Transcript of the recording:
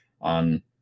on